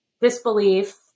disbelief